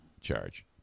charge